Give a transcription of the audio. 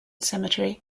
cemetery